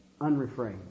unrefrained